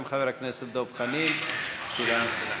גם חבר הכנסת דב חנין שאלה נוספת.